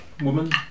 woman